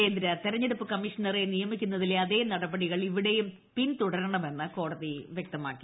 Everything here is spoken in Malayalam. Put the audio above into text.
കേന്ദ്ര തെരഞ്ഞെടുപ്പ് കമ്മീഷണറെ നിയമിക്കുന്നതിലെ അതേ നടപടിക്രമങ്ങൾ ഇവിടേയും പിന്തുടരണമെന്ന് കോടതി വ്യക്തമാക്കി